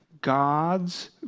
God's